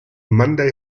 monday